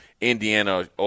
Indiana